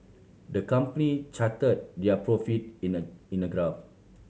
the company charted their profit in a in a graph